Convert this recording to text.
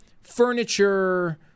furniture